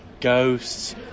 ghosts